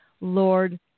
Lord